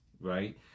right